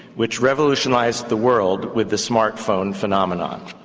which revolutionised the world with the smart phone phenomenon.